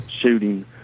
shooting